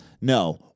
No